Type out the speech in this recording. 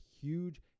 huge